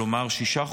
כלומר שישה חודשים,